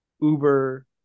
Uber